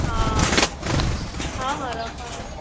ହଁ ହଁ ହଁ ରଖ